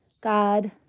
god